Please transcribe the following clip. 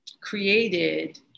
created